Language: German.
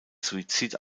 suizid